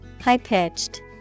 High-pitched